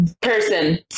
person